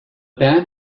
band